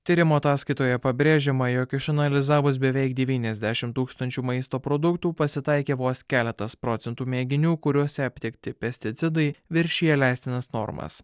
tyrimo ataskaitoje pabrėžiama jog išanalizavus beveik devyniasdešim tūkstančių maisto produktų pasitaikė vos keletas procentų mėginių kuriuose aptikti pesticidai viršija leistinas normas